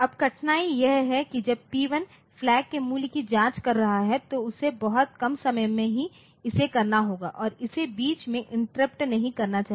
अब कठिनाई यह है कि जब P1 फ्लैग के मूल्य की जांच कर रहा है तो उसे बहुत कम समय में ही इसे करना होगा और इसे बीच में इंटरप्ट नहीं करना चाहिए